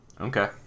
Okay